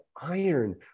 iron